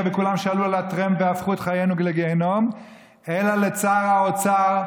ולכולם שעלו על הטרמפ והפכו את חיינו לגיהינום אלא לשר האוצר,